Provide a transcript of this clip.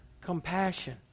compassion